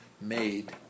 made